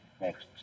next